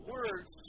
Words